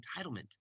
Entitlement